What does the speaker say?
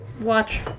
watch